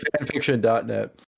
Fanfiction.net